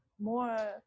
more